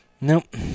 Nope